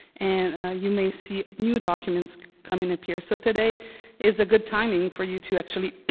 and you may see new documents coming up here. so today is a good timing for you to actually